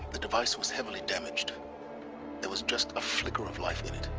the device was heavily damaged there was just a flicker of life in it